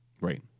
Right